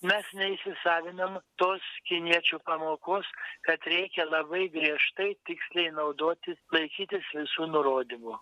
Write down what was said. mes neįsisavinam tos kiniečių pamokos kad reikia labai griežtai tiksliai naudoti laikytis visų nurodymų